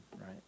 right